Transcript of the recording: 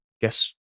guess